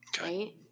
right